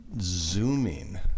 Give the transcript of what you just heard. zooming